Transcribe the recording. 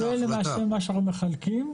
זה למעשה מה שמחלקים.